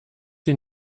sie